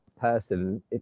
person